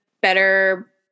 better